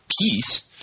peace